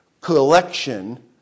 collection